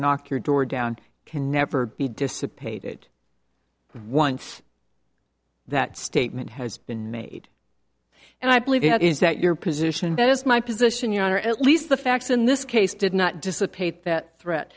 knock your door down can never be dissipated once that statement has been made and i believe that is that your position does my position your honor at least the facts in this case did not dissipate that threat